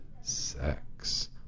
sex